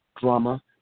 drama